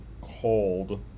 called